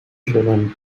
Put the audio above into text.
driven